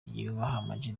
amag